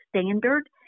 standard